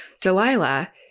Delilah